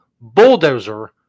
bulldozer